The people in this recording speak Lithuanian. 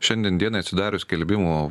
šiandien dienai atsidarius skelbimo